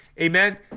amen